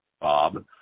Bob